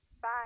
Bye